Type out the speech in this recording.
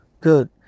Good